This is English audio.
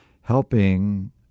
helping